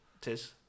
tis